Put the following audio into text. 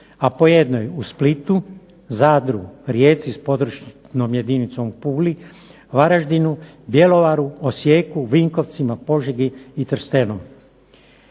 a po jednoj u Splitu, Zadru, Rijeci s područnom jedinicom u Puli, Varaždinu, Bjelovaru, Osijeku, Vinkovcima, Požegi i Trstenom.